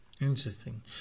Interesting